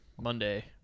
monday